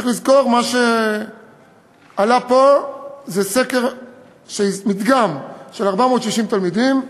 צריך לזכור, מה שעלה פה זה מדגם של 460 תלמידים,